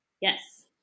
yes